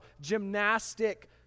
gymnastic